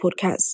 Podcasts